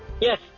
Yes